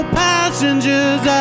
passengers